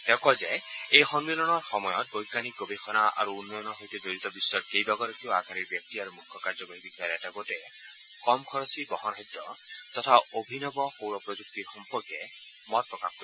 তেওঁ কয় যে এই সন্মিলনৰ সময়ত বৈজ্ঞানিক গৱেষণা আৰু উন্নয়নৰ সৈতে জড়িত বিশ্বৰ কেইবাগৰাকীও আগশাৰীৰ ব্যক্তি আৰু মুখ্য কাৰ্যবাহী বিষয়াৰ এটা গোটে কম খৰচী বহনসাধ্য তথা অভিনৱ সৌৰ প্ৰযুক্তিৰ সম্পৰ্কে মত প্ৰকাশ কৰিব